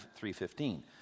3.15